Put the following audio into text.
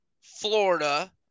Florida